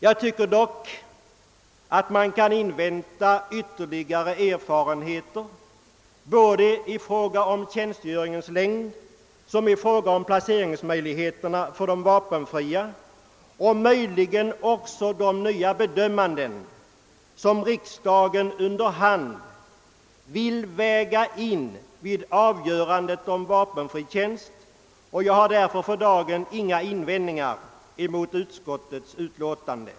Jag tycker dock att man kan invänta ytterligare erfarenheter av både tjänstgöringens längd och plåceringsmöjligheterna för de vapenfria, möjligen också de nya bedömanden som riksdagen under hand kan vilja väga in vid avgörandet om vapenfri tjänst. Därför har jag för dagen inga invändningar mot utskottets utlåtande.